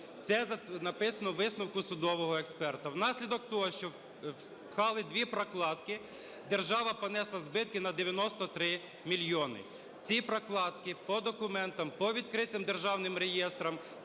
це написано у висновку судового експерта. Внаслідок того, що впхали дві прокладки, держава понесла збитки на 93 мільйони. Ці прокладки по документам, по відкритим державним реєстрам,